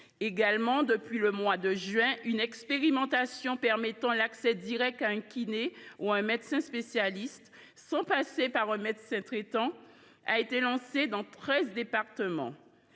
ailleurs, depuis le mois de juin, une expérimentation permettant l’accès direct à un kinésithérapeute ou à un médecin spécialiste, sans passer par un médecin traitant, a été lancée dans treize départements.